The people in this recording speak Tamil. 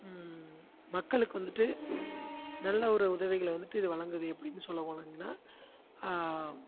மக்களுக்கு வந்துட்டு நல்ல ஒரு உதவிகளை வந்துட்டு இது வழங்குது எப்படின்னு சொல்ல போனாங்கன்னா